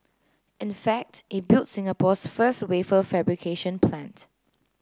in fact it built Singapore's first wafer fabrication plant